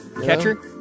Catcher